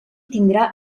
tindrà